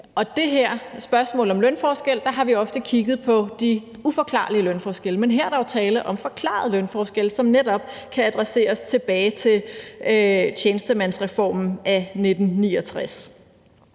og i det her spørgsmål om lønforskelle har vi ofte kigget på de uforklarlige lønforskelle. Men her er der jo tale om forklarede lønforskelle, som netop kan adresseres tilbage til tjenestemandsreformen af 1969.